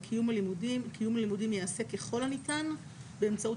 קיום הלימודים ייעשה ככל הניתן באמצעות